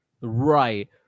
Right